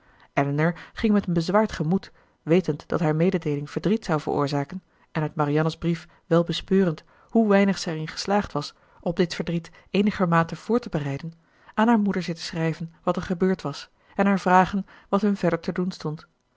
elinor ging met een bezwaard gemoed wetend dat haar mededeeling verdriet zou veroorzaken en uit marianne's brief wel bespeurend hoe weinig zij erin geslaagd was op dit verdriet eenigermate voor te bereiden aan haar moeder zitten schrijven wat er gebeurd was en haar vragen wat hun verder te doen stond